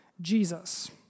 Jesus